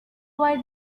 why